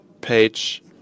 page